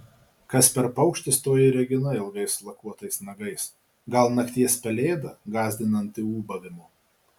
kas per paukštis toji regina ilgais lakuotais nagais gal nakties pelėda gąsdinanti ūbavimu